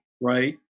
right